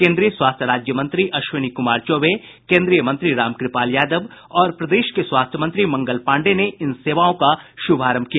केन्द्रीय स्वास्थ्य राज्यमंत्री अश्विनी कुमार चौबे केन्द्रीय मंत्री रामकृपाल यादव और प्रदेश के स्वास्थ्य मंत्री मंगल पांडेय ने इन सेवाओं का शुभारंभ किया